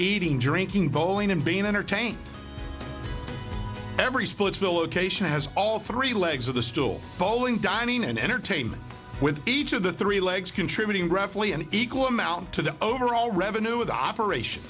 eating drinking bowling and being entertained every splitsville location has all three legs of the stool bowling dining and entertainment with each of the three legs contributing roughly an equal amount to the overall revenue of the operation